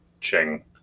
Ching